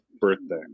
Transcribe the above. birthday